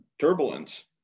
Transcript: turbulence